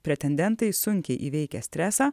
pretendentai sunkiai įveikia stresą